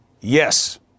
yes